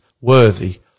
worthy